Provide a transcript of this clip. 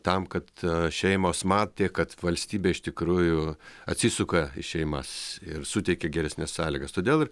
tam kad šeimos matė kad valstybė iš tikrųjų atsisuka į šeimas ir suteikia geresnes sąlygas todėl ir